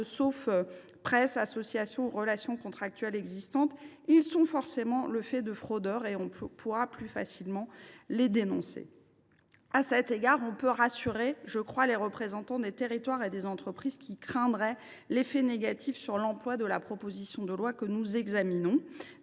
sauf presse, association ou relation contractuelle préexistante, ils sont forcément le fait de fraudeurs. On pourra donc plus facilement les dénoncer. À cet égard, il est possible de rassurer les représentants des territoires et des entreprises qui craindraient l’effet négatif sur l’emploi de l’adoption de la présente